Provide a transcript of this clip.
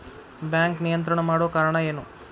Bank ನಿಯಂತ್ರಣ ಮಾಡೊ ಕಾರ್ಣಾ ಎನು?